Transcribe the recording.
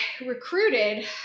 recruited